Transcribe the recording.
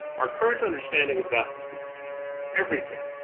our current understanding is that everything,